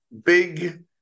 big